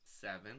seven